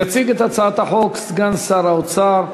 יציג את הצעת החוק סגן שר האוצר,